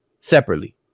separately